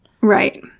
Right